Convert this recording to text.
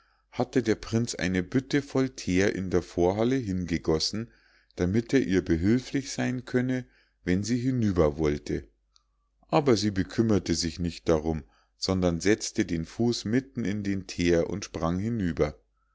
hatte der prinz eine bütte voll theer in der vorhalle hingegossen damit er ihr behülflich sein könne wenn sie hinüber wollte aber sie bekümmerte sich nicht darum sondern setzte den fuß mitten in den theer und sprang hinüber